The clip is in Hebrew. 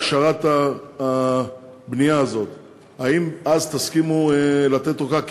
האם אז תסכימו לתת ארכה?